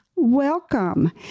Welcome